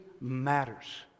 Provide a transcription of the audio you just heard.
matters